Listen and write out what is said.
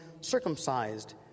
circumcised